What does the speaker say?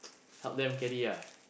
help them carry